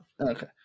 Okay